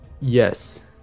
Yes